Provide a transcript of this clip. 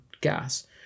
gas